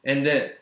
and that